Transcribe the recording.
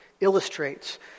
illustrates